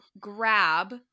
grab